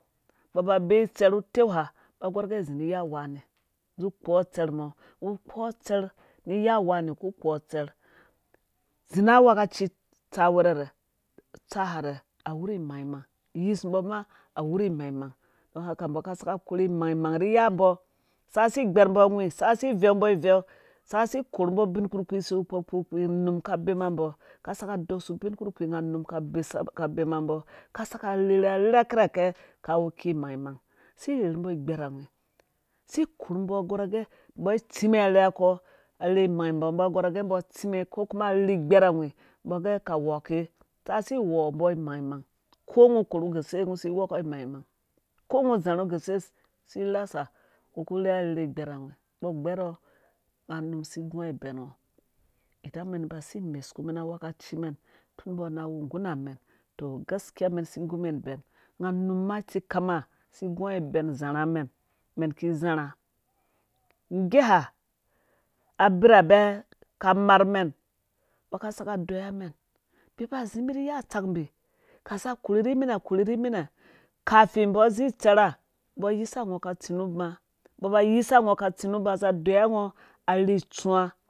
Mbɔ ba bee utserh nu uteuha mbɔ gɔrh gɛ uzi ni ya wani nga zikpowɔ tserh mɔ ngɔ ko tserh ni ya wani ku kpowɔ tserh zi na ungwekaci tsawerhe nɛ utsaharhe awurhu imangmang uyismbɔ man awu imangmang do haka mbɔ ka saka korhi imangmang niiya mbɔ ska si ghber mbɔ awhi sak s veu mbɔ iveu. saka si korhu mbɔ ubin kpurkpii. si wu kpo kpurkpii ka bema mbɔ ka saka dɔsu bin kpurkpii nga unum bema mbo ka saka rherhe rherha kirhaka kawu ki mangmang si rherhu mbɔ igberhawhi si korhu mbɔ gɔrha. age mbɔ tsime arherha akoɔ arherhe lmangmang mbɔ gorhagɛ mbɔ tsimmen ko kuma arherhe igbarhawr mbi age ka woka ka si wɔmbo imangmang ko ngɔ gharha guse si rasa ngɔ ko rherharhe gberhawawhi ba gbɛrhɔ nga num si gua bɛn ngɔ hudan mɛn ba si men kumɛn angwhe kaci mɛn tun mbɔ na awu ngga rha mɛn. tɔ gaskiya mɛn si gu mɛn ibɛn nga num ma tsekam nga si gua bɛn zharha mɛn mɛn ki zharha ngge ha abirhabɛ ko marh mɛn mbɔ ka saka deyiwa mɛn. mbi ba zi mbi rhi iya atsak mbi ka za korhe rhi minɛ korhe rhi minɛ kafe mbo zi itserha mbɔ yisa ngɔ ka tsi nu ba mbo ba yisa ngɔ ka tsi nu ba za deyiwa ngɔ arherhe itsuwa